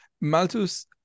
Malthus